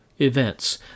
events